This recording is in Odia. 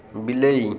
ବିଲେଇ